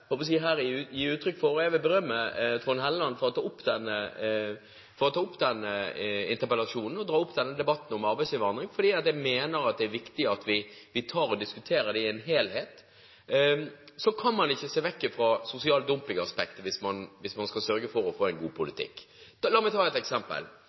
å ta opp denne interpellasjonen og dra opp denne debatten om arbeidsinnvandring, for jeg mener at det er viktig at vi diskuterer det i en helhet – at man ikke kan se vekk fra sosial dumpingaspektet hvis man skal sørge for å få en god